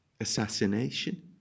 assassination